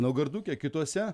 naugarduke kituose